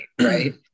right